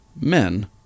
men